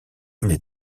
les